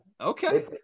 Okay